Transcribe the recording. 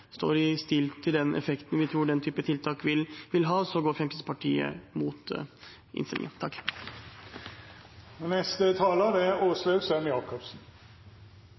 står i stil med den effekten vi tror den type tiltak vil ha, går Fremskrittspartiet imot innstillingen. Dette er en god og